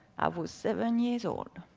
i was seven years old.